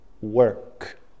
work